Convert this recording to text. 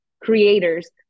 creators